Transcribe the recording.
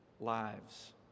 lives